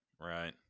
Right